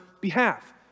behalf